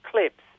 clips